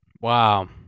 Wow